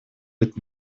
быть